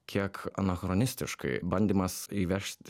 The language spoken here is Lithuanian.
kiek anachronistiškai bandymas įvešti